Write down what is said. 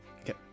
Okay